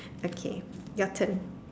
okay your turn